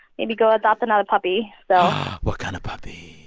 maybe go adopt another puppy, so. what kind of puppy?